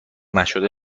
نشده